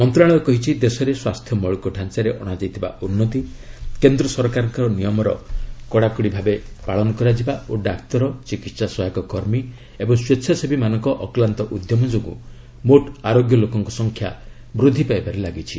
ମନ୍ତ୍ରଣାଳୟ କହିଛି ଦେଶରେ ସ୍ୱାସ୍ଥ୍ୟ ମୌଳିକ ଢାଞ୍ଚାରେ ଅଶାଯାଇଥିବା ଉନ୍ନତି କେନ୍ଦ୍ର ସରକାରଙ୍କ ନିୟମର କଡ଼ାକଡ଼ି ଭାବେ ପାଳନ ଓ ଡାକ୍ତର ଚିକିତ୍ସା ସହାୟକ କର୍ମୀ ଏବଂ ସ୍ୱେଚ୍ଛାସେବୀମାନଙ୍କ ଅକ୍ଲାନ୍ତ ଉଦ୍ୟମ ଯୋଗୁଁ ମୋଟ୍ ଆରୋଗ୍ୟ ଲୋକଙ୍କ ସଂଖ୍ୟା ବୃଦ୍ଧି ପାଇବାରେ ଲାଗିଛି